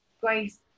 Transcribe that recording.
grace